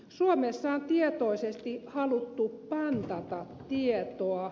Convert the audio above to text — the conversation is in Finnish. suomessa on tietoisesti haluttu pantata tietoa